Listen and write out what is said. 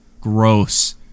gross